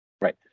right